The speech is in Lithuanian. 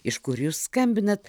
iš kur jūs skambinat